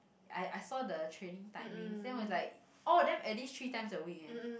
I I saw the training timings then it was like all of them at least three times a week eh